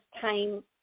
time